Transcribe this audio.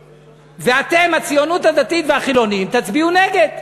ואתם, הציונות הדתית והחילונים, תצביעו נגד.